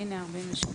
סעיף 5(א)